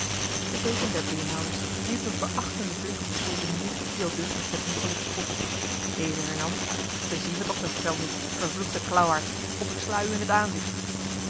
de deken der beenhouwers wierp een verachtende blik op de soldenier die aldus met zijn ongeluk spotte deze hernam bezie mij toch zo fel niet vervloekte klauwaard of ik sla u in het aanzicht